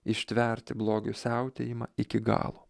ištverti blogio siautėjimą iki galo